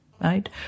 right